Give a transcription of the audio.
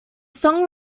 song